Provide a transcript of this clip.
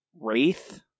wraith